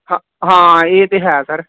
ਹ ਹਾਂ ਇਹ ਤਾਂ ਹੈ ਸਰ